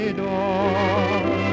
door